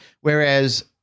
Whereas